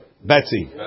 Betsy